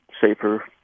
safer